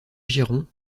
girons